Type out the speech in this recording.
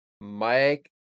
Mike